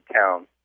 town